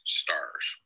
stars